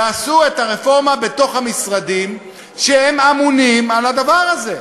תעשו את הרפורמה בתוך המשרדים שאמונים על הדבר הזה.